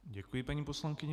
Děkuji paní poslankyni.